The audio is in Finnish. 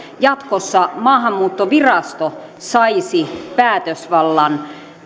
jatkossa maahanmuuttovirasto saisi päätösvallan